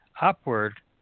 upward